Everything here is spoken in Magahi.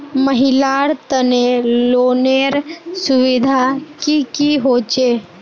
महिलार तने लोनेर सुविधा की की होचे?